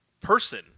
person